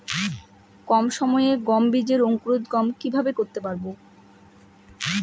কম সময়ে গম বীজের অঙ্কুরোদগম কিভাবে করতে পারব?